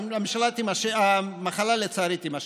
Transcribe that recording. המחלה, לצערי, תימשך.